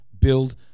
build